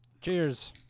Cheers